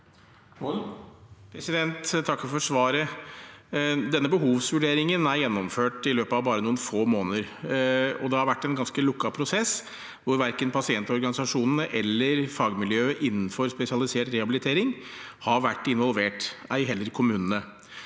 Jeg takker for svaret. Denne behovsvurderingen er gjennomført i løpet av bare noen få måneder, og det har vært en ganske lukket prosess hvor verken pasientorganisasjonene eller fagmiljøer innenfor spesialisert rehabilitering har vært involvert, og ei heller kommunene.